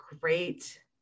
great